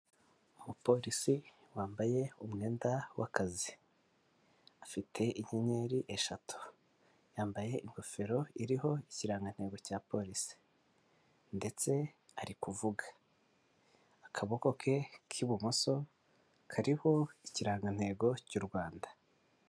Umupolisi wambaye umwenda w'akazi, afite inyenyeri eshatu yambaye ingofero iriho ikirangantego cya Polisi ndetse arivuga, akaboko ke k'ibumoso kariho ikirangantego cy'u Rwanda.